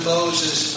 Moses